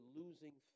losing